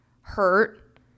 hurt